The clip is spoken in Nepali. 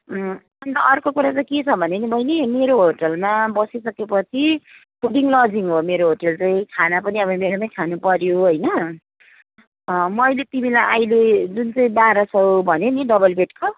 अन्त अर्को कुरो चाहिँ के छ भने नि बैनी मेरो होटलमा बसिसकेपछि फुडिङ लजिङ हो मेरो होटल चाहिँ खाना पनि अब यहीँ नै खानुपऱ्यो होइन मैले तिमीलाई अहिले जुन चाहिँ बाह्र सौ भनेँ नि डबल बेडको